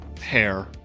hair